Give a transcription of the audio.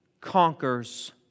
conquers